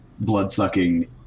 blood-sucking